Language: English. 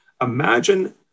imagine